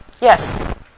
Yes